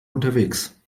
unterwegs